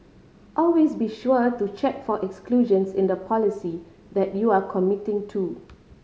always be sure to check for exclusions in the policy that you are committing to